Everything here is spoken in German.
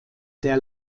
der